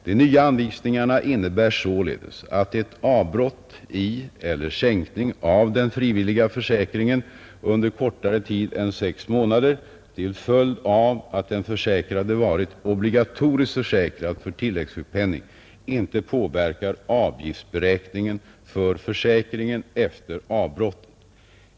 De nya anvisningarna innebär således att ett avbrott i eller en sänkning av den frivilliga försäkringen under kortare tid än 6 månader, till följd av att den försäkrade varit obligatoriskt försäkrad för tilläggssjukpenning, inte påverkar avgiftsberäkningen för försäkringen efter avbrott.